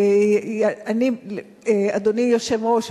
אדוני היושב-ראש,